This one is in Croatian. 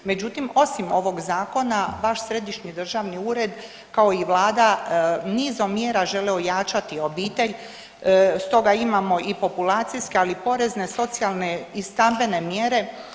Međutim, osim ovog zakona baš središnji državni ured kao i vlada nizom mjera žele ojačati obitelj stoga imamo i populacijske, ali i porezne, socijalne i stambene mjere.